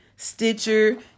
Stitcher